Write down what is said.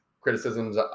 criticisms